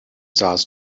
sahst